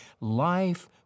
life